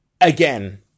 again